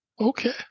Okay